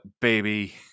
baby